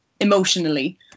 emotionally